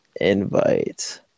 invite